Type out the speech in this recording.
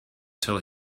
till